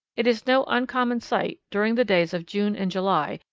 it is no uncommon sight, during the days of june and july,